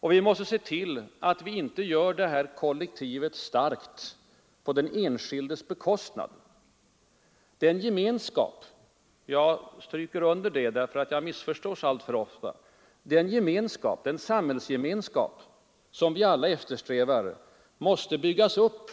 Och vi måste se till att vi inte gör kollektivet starkt på den enskildes bekostnad. Den gemenskap — jag understryker det, eftersom jag alltför ofta missförstås — den samhällsgemenskap vi alla eftersträvar måste byggas upp